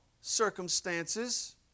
circumstances